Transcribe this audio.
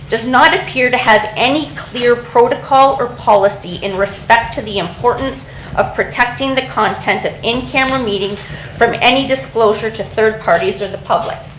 does not appear to have any clear protocol or policy in respect to the importance of protecting the content of in camera meetings from any disclosure okay third parties or the public.